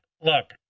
look